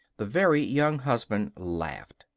the very young husband laughed.